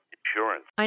insurance